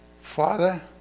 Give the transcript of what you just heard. Father